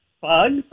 bugs